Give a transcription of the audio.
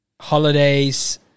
holidays